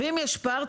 ואם יש פער,